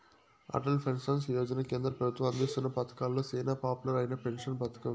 Atal pension Yojana కేంద్ర పెబుత్వం అందిస్తున్న పతకాలలో సేనా పాపులర్ అయిన పెన్సన్ పతకం